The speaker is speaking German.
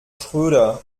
schröder